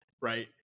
right